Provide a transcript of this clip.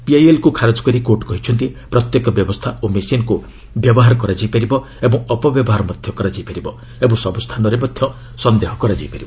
ପିଆଇଏଲ୍କୁ ଖାରଜ କରି କୋର୍ଟ କହିଛନ୍ତି ପ୍ରତ୍ୟେକ ବ୍ୟବସ୍ଥା ଓ ମେସିନ୍କୁ ବ୍ୟବହାର କରାଯାଇପାରିବ ଓ ଅପବ୍ୟବହାର ମଧ୍ୟ କରାଯାଇପାରିବ ଏବଂ ସବୁ ସ୍ଥାନରେ ମଧ୍ୟ ସନ୍ଦେହ କରାଯାଇପାରିବ